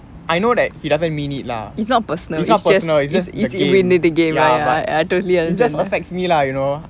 I know that he doesn't mean it lah it's not personal it's just the game ya but it just affects me lah you know